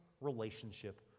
relationship